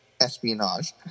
espionage